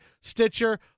Stitcher